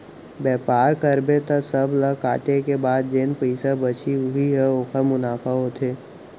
बेपार करबे त सब ल काटे के बाद जेन पइसा बचही उही ह ओखर मुनाफा होथे